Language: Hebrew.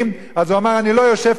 אז הוא אמר: אני לא יושב פה כיהודי,